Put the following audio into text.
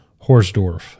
Horsdorf